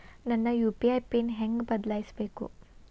ನನ್ನ UPI pin ಹೆಂಗ್ ಬದ್ಲಾಯಿಸ್ಬೇಕು?